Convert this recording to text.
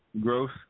growth